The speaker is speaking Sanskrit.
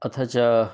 अथ च